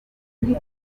ruguru